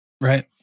right